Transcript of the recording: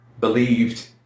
believed